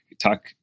talk